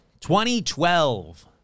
2012